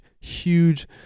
huge